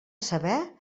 saber